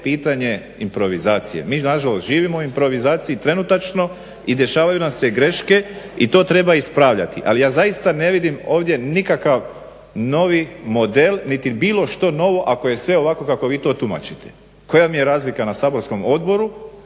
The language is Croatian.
pitanje improvizacije. Mi nažalost živimo u improvizaciji trenutačno i dešavaju nam se greške i to treba ispravljati. Ali ja zaista ne vidim ovdje nikakav novi model niti bilo što novo ako je sve ovako kako vi to tumačite. Koja mi je razlika na saborskom odboru,